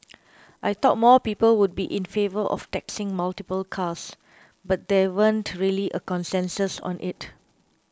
I thought more people would be in favour of taxing multiple cars but there weren't really a consensus on it